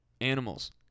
Animals